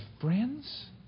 friends